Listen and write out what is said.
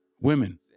Women